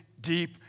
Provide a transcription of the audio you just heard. deep